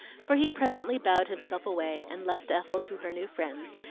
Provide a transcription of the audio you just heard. for he presently bowed himself away, and left ethel to her new friends,